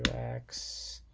x